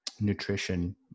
nutrition